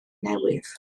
newydd